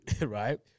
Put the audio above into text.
Right